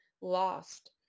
lost